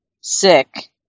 sick